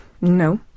no